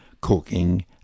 cooking